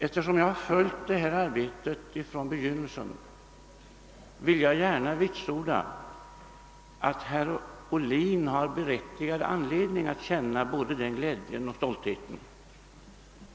Eftersom jag har följt arbetet på detta område från begynnelsen vill jag gärna vitsorda att herr Ohlin har berättigad anledning att känna denna glädje och stolthet.